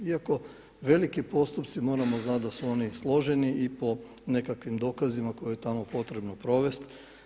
Iako veliki postupci, moramo znati da su oni složeni i po nekakvim dokazima koje je tamo potrebno provesti.